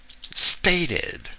stated